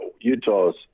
Utah's